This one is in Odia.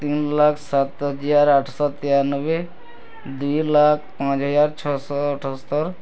ତିନି ଲକ୍ଷ ସାତ ହଜାର ଆଠ ଶହ ତେୟାନବେ ଦୁଇ ଲକ୍ଷ ପାଞ୍ଚ ହଜାର ଛଅ ଶହ ଅଠସ୍ତରୀ